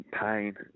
pain